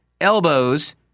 elbows